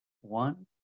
one